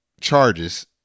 charges